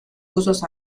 usos